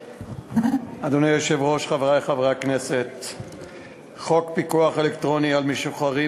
הצעת חוק פיקוח אלקטרוני על משוחררים